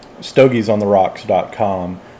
stogiesontherocks.com